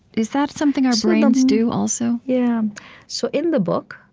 is that something our brains do also? yeah so in the book,